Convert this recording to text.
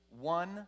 One